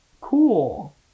Cool